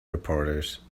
reporters